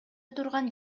турган